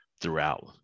throughout